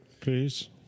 please